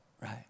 right